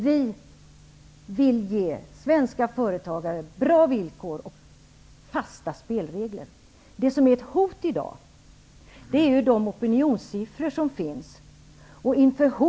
Vi vill ge svenska företagare bra villkor och fasta spelregler. De opinionssiffror som finns i dag utgör ett hot.